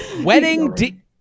Wedding